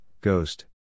ghost